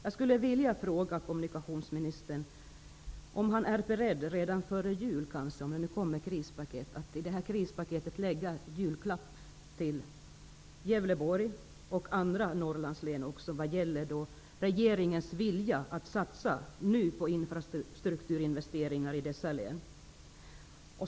Jag skulle vilja fråga om kommunikationsministern är beredd att kanske redan före jul i ett krispaket lägga en julklapp till Gävleborgs län och andra Norrlandslän vad gäller regeringens vilja att nu satsa på infrastrukturen i dessa län.